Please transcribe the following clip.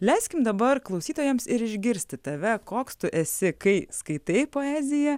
leiskim dabar klausytojams ir išgirsti tave koks tu esi kai skaitai poeziją